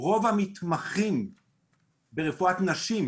רוב המתמחים ברפואת נשים